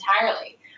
entirely